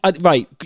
Right